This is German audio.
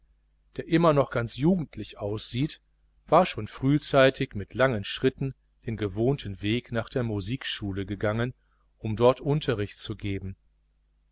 der noch immer ganz jugendlich aussieht war schon frühzeitig mit langen schritten den gewohnten weg nach der musikschule gegangen um dort unterricht zu geben